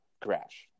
crash